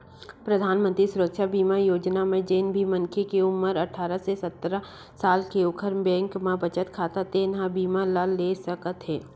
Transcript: परधानमंतरी सुरक्छा बीमा योजना म जेन भी मनखे के उमर अठारह ले सत्तर साल हे ओखर बैंक म बचत खाता हे तेन ह ए बीमा ल ले सकत हे